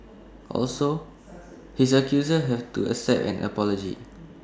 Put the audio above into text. also his accusers have to accept an apology